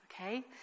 Okay